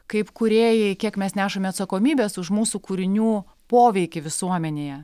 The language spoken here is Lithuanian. kaip kūrėjai kiek mes nešame atsakomybės už mūsų kūrinių poveikį visuomenėje